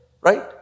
Right